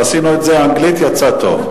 אז, עשינו את זה אנגלית, ויצא טוב.